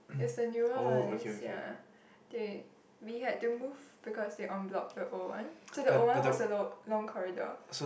is the newer one sia they we had to move because they on bloc the old one so the old one was the low long corridor